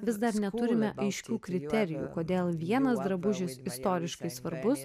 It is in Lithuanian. vis dar neturime aiškių kriterijų kodėl vienas drabužis istoriškai svarbus